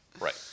Right